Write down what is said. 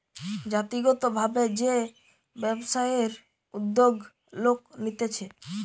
জাতিগত ভাবে যে ব্যবসায়ের উদ্যোগ লোক নিতেছে